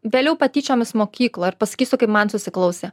vėliau patyčiomis mokykloje ir pasakysiu kaip man susiklausė